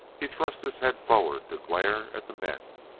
he thrust his head forward to glare at the men,